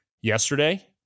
yesterday